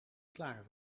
klaar